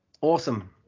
awesome